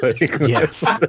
Yes